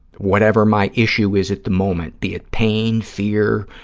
whatever my issue is at the moment, be it pain, fear,